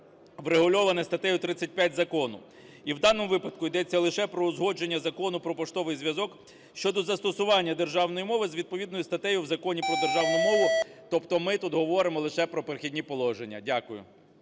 врегульоване статтею 35 закону і в даному випадку йдеться лише про узгодження Закону "Про поштовий зв'язок" щодо застосування державної мови з відповідною статтею в Законі про державну мову. Тобто ми тут говоримо лише про "Перехідні положення". Дякую.